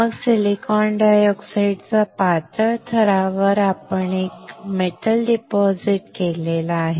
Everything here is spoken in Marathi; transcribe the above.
मग सिलिकॉन डायऑक्साइडच्या या पातळ थरावर आपण एक धातू डिपॉझिट केला आहे